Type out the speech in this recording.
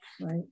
right